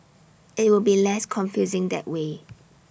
IT will be less confusing that way